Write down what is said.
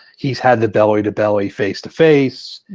he's had the belly to belly, face to face.